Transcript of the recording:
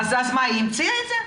היא המציאה את זה?